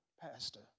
Pastor